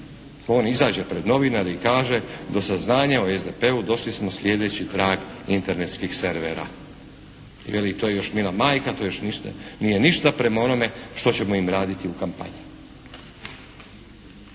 on izađe pred novinare i kaže do saznanja o SDP-u došli smo slijedeći trag Internetskih servera i veli to je još mila majka, to još nije ništa prema onome što ćemo im raditi u kampanji.